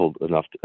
enough